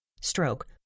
stroke